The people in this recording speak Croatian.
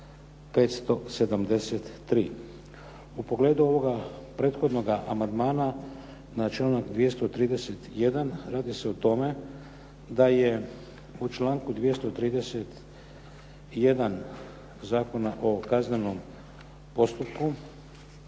U pogledu ovoga prethodnoga amandmana na članak 231. radi se o tome da je u članku 231. Zakona o kaznenom postupku